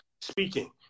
speaking